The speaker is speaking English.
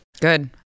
Good